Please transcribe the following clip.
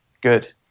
good